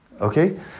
Okay